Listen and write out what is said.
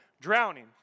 drowning